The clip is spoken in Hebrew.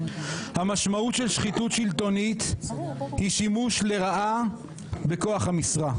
המשמעות של שחיתות שלטונית היא שימוש לרעה בכוח המשרה.